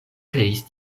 kreis